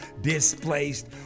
displaced